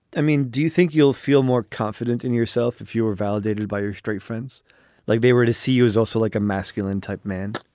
i mean, do you think you'll feel more confident in yourself if you were validated by your straight friends like they were to see you as also like a masculine type man?